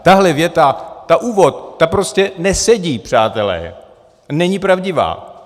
Tahle věta, úvod, prostě nesedí, přátelé, není pravdivá.